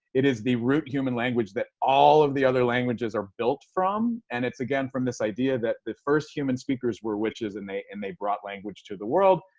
it is the root human language that all of the other languages are built from. and it's again from this idea that the first human speakers were witches and they and they brought language to the world.